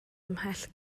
ymhell